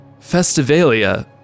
Festivalia